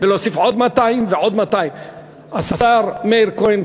ולהוסיף עוד 200 ועוד 200. השר מאיר כהן,